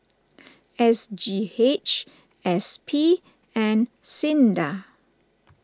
S G H S P and Sinda